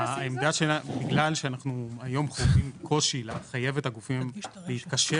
בגלל שאנחנו היום חווים קושי לחייב את הגופים להתקשר